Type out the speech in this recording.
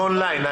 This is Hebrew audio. הייתי און-ליין.